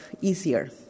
easier